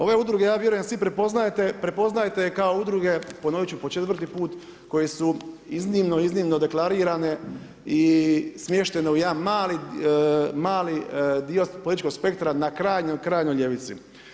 Ove udruge ja vjerujem svi prepoznajete, prepoznajete je kao udruge ponovit ću po četvrti put koji su iznimno, iznimno deklarirane i smješteno u jedan mali dio političkog spektra na krajnjoj ljevici.